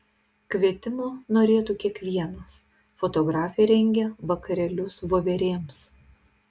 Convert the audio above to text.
kvietimo norėtų kiekvienas fotografė rengia vakarėlius voverėms